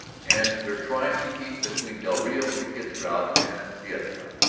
and they're trying to keep between del rio and the kid's crowd and the other crowd?